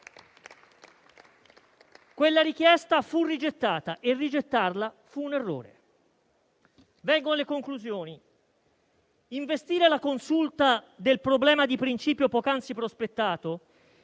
Quella richiesta fu rigettata e rigettarla fu un errore. Vengo alle conclusioni. Investire la Consulta del problema di principio poc'anzi prospettato,